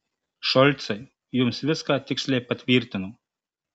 šolcai jums viską tiksliai patvirtino